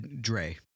Dre